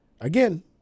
again